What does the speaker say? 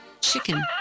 chicken